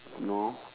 no